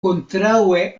kontraŭe